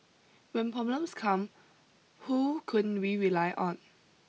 when problems come who can we rely on